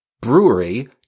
brewery